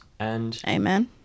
Amen